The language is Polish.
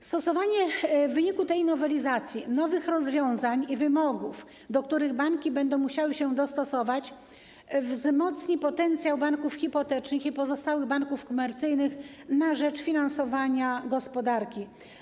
Zastosowanie w wyniku tej nowelizacji nowych rozwiązań i wymogów, do których banki będą musiały się dostosować, pozwoli wzmocnić potencjał banków hipotecznych i pozostałych banków komercyjnych na rzecz finansowania gospodarki.